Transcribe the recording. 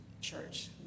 church